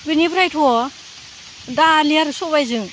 बेनिफ्रायथ' दालि आरो सबायजों